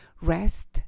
rest